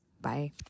bye